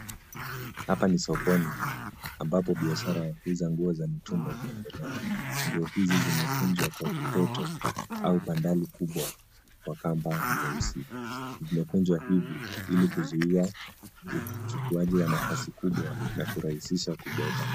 Hapa ni sokoni ambapo biashara ya kuuza nguo za mitumba inaendelea. Nguo hizi zimekunjwa kwa vipeto au bandali kubwa wa kwamba nyeusi. Vimekunjwa hivi ili kuzuia uchukuaji wa nafasi kubwa na kurahisisha kubeba.